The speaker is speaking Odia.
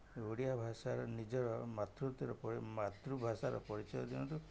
ଓଡ଼ିଆ ଭାଷାର ନିଜର ମାତୃ ମାତୃଭାଷାର ପରିଚୟ ଦିଅନ୍ତୁ